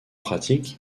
pratique